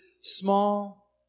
small